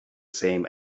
same